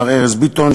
מר ארז ביטון,